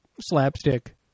slapstick